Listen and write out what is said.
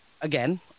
again